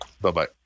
bye-bye